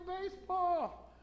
baseball